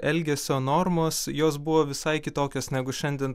elgesio normos jos buvo visai kitokios negu šiandien